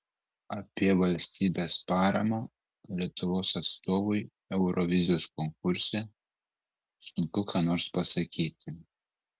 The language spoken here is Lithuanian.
apie valstybės paramą lietuvos atstovui eurovizijos konkurse sunku ką nors pasakyti